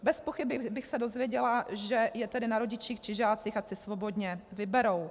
Bezpochyby bych se dozvěděla, že je tedy na rodičích či žácích, ať si svobodně vyberou.